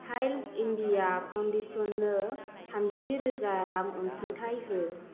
child India फाउन्डेसननो थामजिरोजा रां अनसुंथाइ हो